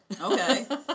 Okay